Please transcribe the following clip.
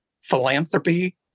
philanthropy